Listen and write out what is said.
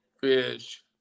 fish